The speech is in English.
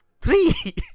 three